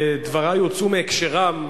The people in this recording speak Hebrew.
ודברי הוצאו מהקשרם,